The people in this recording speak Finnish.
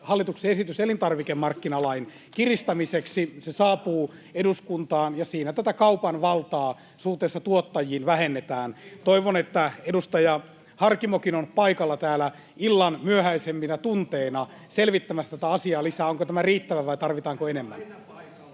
hallituksen esitys elintarvikemarkkinalain kiristämiseksi, se saapuu eduskuntaan, ja siinä tätä kaupan valtaa suhteessa tuottajiin vähennetään. Toivon, että edustaja Harkimokin on paikalla täällä illan myöhäisempinä tunteina selvittämässä tätä asiaa lisää, onko tämä riittävä vai tarvitaanko enemmän.